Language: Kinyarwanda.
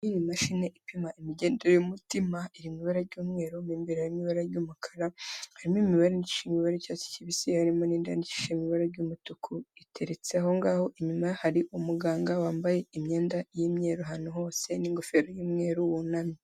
Iyi ni imashini ipima imigendere y'umutima, iri mu ibara ry'umweru mo imbere harimo ibara ry'umukara, harimo imibare myishi imibare y'icyatsi kibisi, harimo n'indi yindikishije mu ibara ry'umutuku, iteretse aho ngaho inyuma hari umuganga wambaye imyenda y'imyeru ahantu hose n'ingofero y'umweru wunamye.